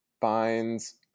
finds